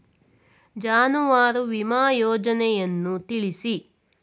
ಜಾನುವಾರು ವಿಮಾ ಯೋಜನೆಯನ್ನು ತಿಳಿಸಿ?